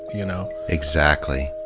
you know. exactly.